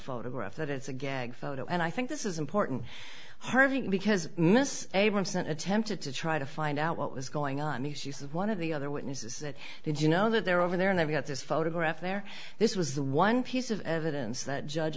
photograph that it's a gag photo and i think this is important harvey because miss abramson attempted to try to find out what was going on the she was one of the other witnesses that did you know that they're over there and they've got this photograph there this was the one piece of evidence that judge